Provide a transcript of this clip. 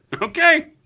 Okay